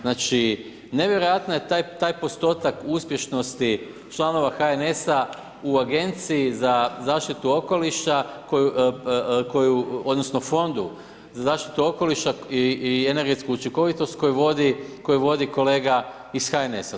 Znači nevjerojatan je taj postotak uspješnosti članova HNS-a u Agenciji za zaštitu okoliša koju, odnosno Fondu za zaštitu okoliša i energetsku učinkovitost koju vodi kolega iz HNS-a.